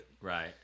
Right